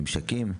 זה --- ממשקים.